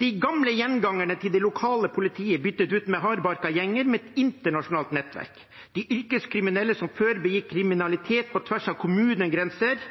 De gamle gjengangerne til det lokale politiet er byttet ut med hardbarkede gjenger med et internasjonalt nettverk. De yrkeskriminelle som før begikk kriminalitet på tvers av kommunegrenser,